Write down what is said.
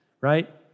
right